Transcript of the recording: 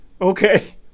okay